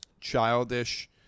childish